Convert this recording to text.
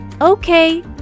Okay